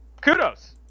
Kudos